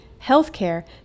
healthcare